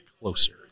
closer